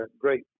great